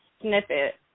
snippet